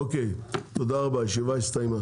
אוקי, תודה רבה, הישיבה הסתיימה.